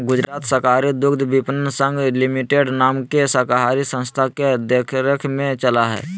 गुजरात सहकारी दुग्धविपणन संघ लिमिटेड नाम के सहकारी संस्था के देख रेख में चला हइ